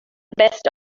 best